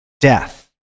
death